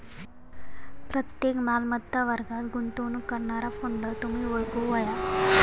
प्रत्येक मालमत्ता वर्गात गुंतवणूक करणारा फंड तुम्ही ओळखूक व्हया